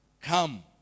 Come